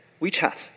WeChat